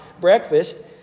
breakfast